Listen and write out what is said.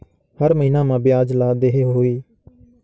हर महीना मा ब्याज ला देहे होही?